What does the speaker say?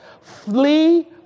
flee